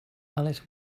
alice